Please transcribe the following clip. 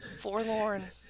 forlorn